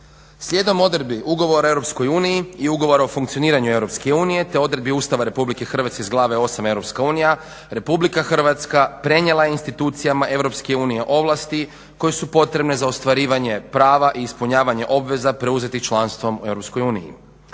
Slijedom odredbi Ugovora o EU i Ugovora o funkcioniranju EU, te odredbi Ustava Republike Hrvatske iz Glave VIII. Europska unija Republika Hrvatska prenijela je institucijama EU ovlasti koje su potrebne za ostvarivanje prava i ispunjavanje obveza preuzetih članstvom u EU.